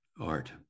art